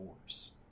force